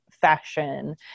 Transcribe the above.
fashion